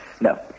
no